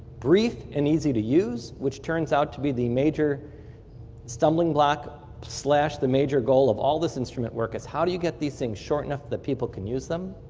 brief and easy to use, which turns out to be the major stumbling block the major goal of all this instrument work, is how do you get these things short enough that people can use them.